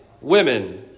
women